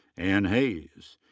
anne hays.